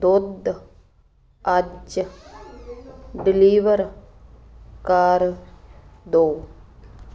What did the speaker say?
ਦੁੱਧ ਅੱਜ ਡਿਲੀਵਰ ਕਰ ਦਿਉ